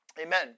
Amen